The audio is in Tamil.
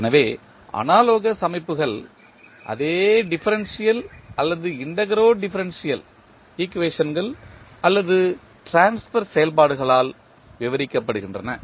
எனவே அனாலோகஸ் அமைப்புகள் அதே டிஃபரன்ஷியல் அல்லது இண்டெக்ரோ டிஃபரன்ஷியல் ஈக்குவேஷன்கள் அல்லது ட்ரான்ஸ்பர் செயல்பாடுகளால் விவரிக்கப்படுகின்றன